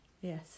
Yes